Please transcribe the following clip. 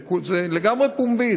זה לגמרי פומבי.